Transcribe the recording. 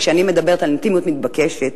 וכשאני מדברת על אינטימיות מתבקשת,